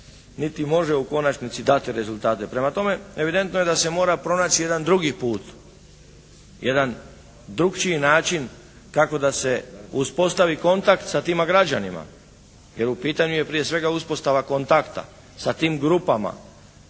niti može u konačnici dati rezultate. Prema tome evidentno je da se mora pronaći jedan drugi put. Jedan drukčiji način kako da se uspostavi kontakt sa tima građanima. Jer u pitanju je prije svega uspostava kontakta sa tim grupama,